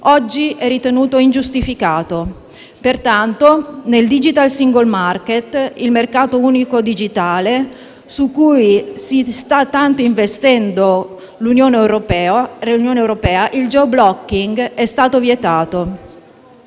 oggi è ritenuto ingiustificato. Pertanto, nel *digital single market*, il mercato unico digitale su cui sta tanto investendo l'Unione europea, il *geoblocking* è stato vietato.